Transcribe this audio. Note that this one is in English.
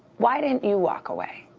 why didn't you walk away?